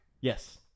Yes